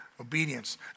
obedience